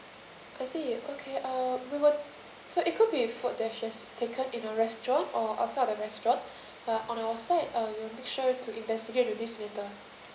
I see okay um we would so it could be food dishes taken in a restaurant or outside of the restaurant uh on our side uh we'll make sure to investigate with this matter